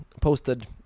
posted